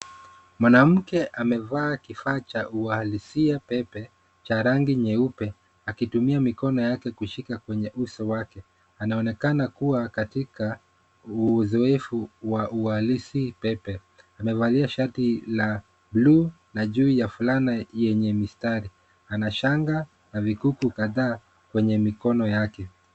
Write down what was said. Mwanamke amevaa kifaa cha uhalisia pepe cha rangi nyeupe akitumia mikono yake kushika kwenye uso wake. Anaonekana kuwa katika uzoefu wa uhalisi pepe. Amevalia shati la buluu na juu ya fulana yenye mistari. Ana shanga na vikuku kadhaa kwenye mikono yake.